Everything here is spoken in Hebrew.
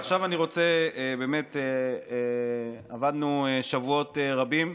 ועכשיו אני רוצה באמת, עבדנו שבועות רבים,